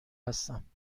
هستم